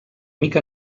mica